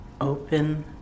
open